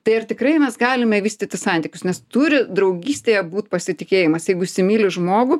tai ar tikrai mes galime vystyti santykius nes turi draugystėje būt pasitikėjimas jeigu įsimyli žmogų